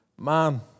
man